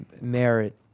merit